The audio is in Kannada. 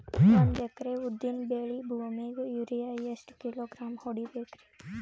ಒಂದ್ ಎಕರಿ ಉದ್ದಿನ ಬೇಳಿ ಭೂಮಿಗ ಯೋರಿಯ ಎಷ್ಟ ಕಿಲೋಗ್ರಾಂ ಹೊಡೀಬೇಕ್ರಿ?